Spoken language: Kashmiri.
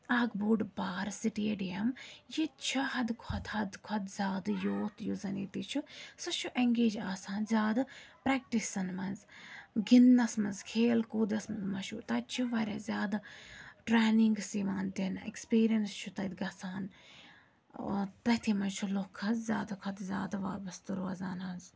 اَکھ بوٚڑ بار سِٹیڈیَم ییٚتہِ چھِ حَدٕ کھۄتہٕ حَدٕ کھۄتہٕ زیادٕ یوٗتھ یُس زَن ییٚتہِ چھُ سُہ چھُ اینٛگیج آسان زیادٕ پرٛٮ۪کٹِسَن منٛز گِنٛدنَس منٛز کھیل کوٗدَس منٛز مَشہوٗر تَتہِ چھِ واریاہ زیادٕ ٹرٛینِنٛگٕس یِوان دِنہٕ ایٚکٕسپیٖریَنٕس چھُ تَتہِ گژھان تٔتھی منٛز چھُ لُکھ حظ زیادٕ کھۄتہٕ زیادٕ وابسطہٕ روزان حظ